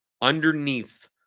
underneath